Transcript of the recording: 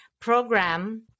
program